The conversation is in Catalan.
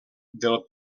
del